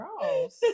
Gross